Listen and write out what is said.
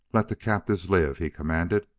let the captives live! he commanded.